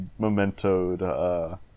mementoed